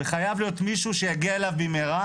וחייב להיות מישהו שיגיע אליו במהרה